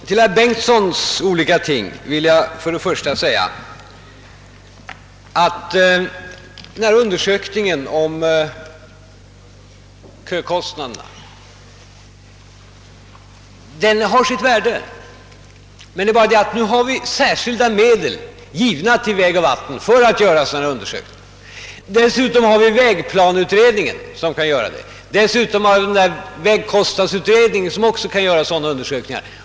Herr talman! Till allt vad herr Bengtson i Solna sade vill jag till att börja med framhålla, att en undersökning om kökostnaderna har sitt värde. Men nu förhåller det sig så, att vi har anslagit medel till Väg och vatten för att göra undersökningar. Dessutom kan vägplaneutredningen och vägkostnadsutredningen göra undersökningar.